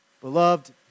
Beloved